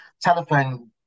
telephone